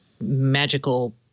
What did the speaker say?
magical